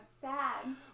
sad